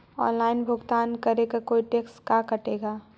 Online भुगतान करे को कोई टैक्स का कटेगा?